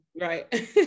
Right